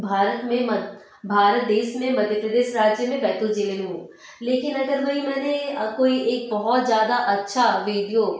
भारत में म भारत देश में मध्य प्रदेश राज्य में बैतूल जिले में हूँ लेकिन अगर वहीं मैंने कोई एक बहुत ज्यादा अच्छा विडियो